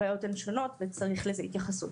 הבעיות הן שונות וזה מצריך התייחסות.